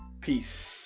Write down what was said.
Peace